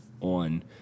on